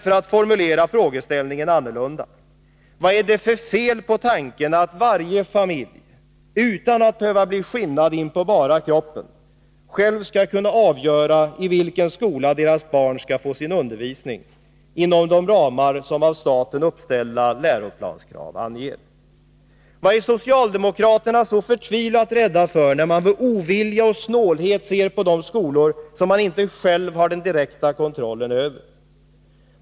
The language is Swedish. För att formulera frågeställningen annorlunda: Vad är det för fel på tanken att varje familj — utan att behöva bli skinnad in på bara kroppen — själv skall kunna avgöra i vilken skola deras barn skall få sin undervisning inom de 7 Riksdagens protokoll 1982/83:18-19 ramar som av staten uppställda läroplanskrav anger? Vad är socialdemokraterna så förtvivlat rädda för, när de med ovilja och snålhet ser på de skolor som de inte själva har den direkta kontrollen över?